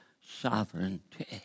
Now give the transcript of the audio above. sovereignty